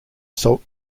salt